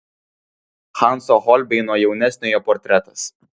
hanso holbeino jaunesniojo portretas